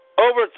Over